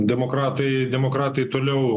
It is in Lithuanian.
demokratai demokratai toliau